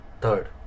Third